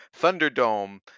Thunderdome